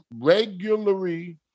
regularly